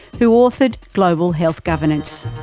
who authored global health governance.